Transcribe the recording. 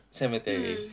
cemetery